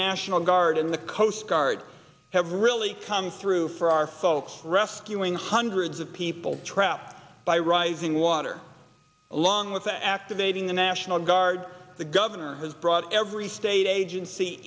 national guard and the coast guard have really come through for our folks rescuing hundreds of people trapped by rising water along with activating the national guard the governor has brought every state agency